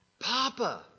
Papa